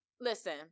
listen